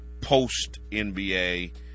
post-NBA